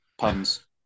puns